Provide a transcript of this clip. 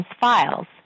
files